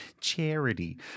charity